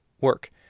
work